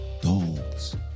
dogs